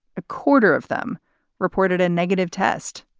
a quarter of them reported a negative test,